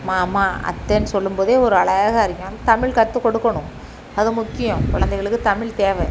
மாமா அத்தைனு சொல்லும்போதே ஒரு அழகா இருக்கும் அந்த தமிழ் கற்றுக்குடுக்கணும் அது முக்கியம் குழந்தைங்களுக்கு தமிழ் தேவை